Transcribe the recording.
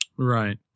right